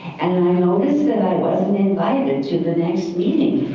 and i noticed that i wasn't invited to the next meeting.